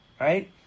right